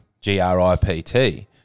G-R-I-P-T